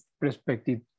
perspective